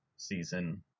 season